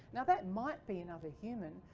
now that might be another human.